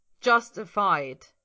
justified